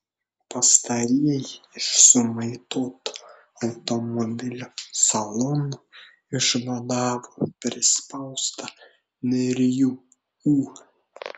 pastarieji iš sumaitoto automobilio salono išvadavo prispaustą nerijų ū